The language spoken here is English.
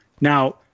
Now